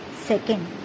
Second